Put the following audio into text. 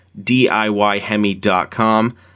diyhemi.com